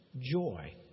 joy